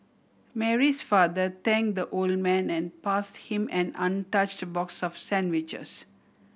Mary's father thank the old man and pass him an untouched box of sandwiches